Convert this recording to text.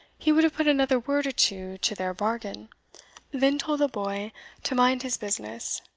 he would have put another word or two to their bargain then told the boy to mind his business,